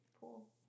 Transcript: cool